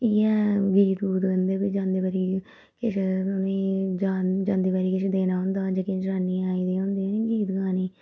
इ'यै गीत गूत गांदे बजांदे बारी किश उ'नेंगी जांदी बारी किश देना होंदा जेह्कियां जनानियां होंदियां आई दियां होंदियां न गीत गाने गी